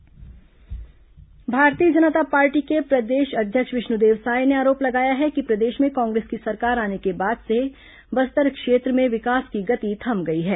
भाजपा बयान आगमन भारतीय जनता पार्टी के प्रदेश अध्यक्ष विष्णुदेव साय ने आरोप लगाया है कि प्रदेश में कांग्रेस की सरकार आने के बाद से बस्तर क्षेत्र में विकास की गति थम गई है